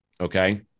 Okay